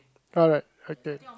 alright okay